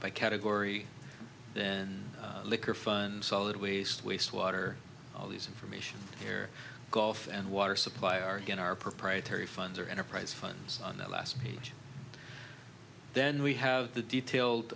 by category then liquor fund solid waste waste water all these information here golf and water supply are in our proprietary funds or enterprise funds on that last then we have the detailed